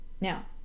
Now